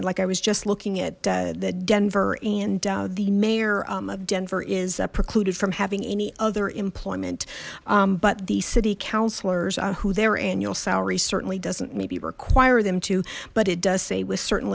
in like i was just looking at the denver and the mayor of denver is precluded from having any other employment but the city councilors on who their annual salary certainly doesn't maybe require them to but it does say with certain